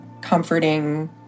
comforting